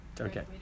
Okay